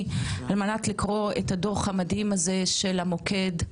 על מנת לקרוא את הדוח מהדהים הזה של המוקד,